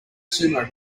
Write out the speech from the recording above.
sumo